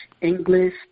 English